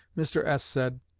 mr. s. said,